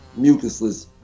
mucusless